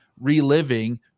reliving